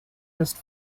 ist